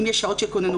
אם יש שעות של כוננות,